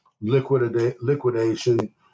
liquidation